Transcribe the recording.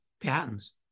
patents